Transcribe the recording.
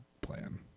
plan